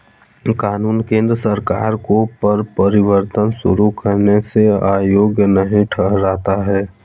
कानून केंद्र सरकार को कर परिवर्तन शुरू करने से अयोग्य नहीं ठहराता है